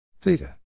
Theta